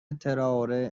ترائوره